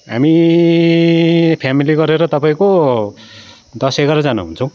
हामी फेमिली गरेर तपाईँको दस एघारजना हुन्छौँ